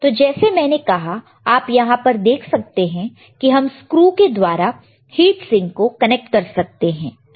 तो जैसे मैंने कहा आप यहां पर देख सकते हैं कि हम स्क्रू के द्वारा हिट सिंक को कनेक्ट कर सकते हैं